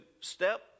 step